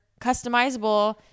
customizable